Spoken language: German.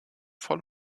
voll